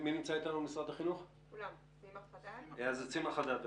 סימה חדד ממשרד החינוך,